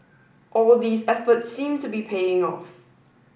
all these efforts seem to be paying off